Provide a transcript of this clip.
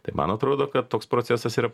tai man atrodo kad toks procesas yra